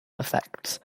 effects